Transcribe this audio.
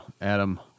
Adam